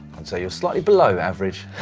i'd say you are slightly below average.